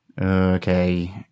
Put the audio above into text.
okay